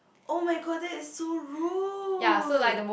oh-my-god that is so rude